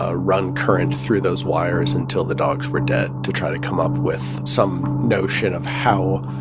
ah run current through those wires until the dogs were dead to try to come up with some notion of how